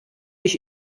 ich